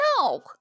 No